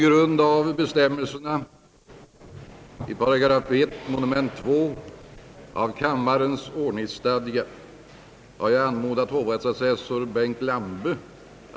Kungl. Maj:t har denna dag förordnat att granskningen av fullmakterna skall företas inför statsrådet Lennart Geijer.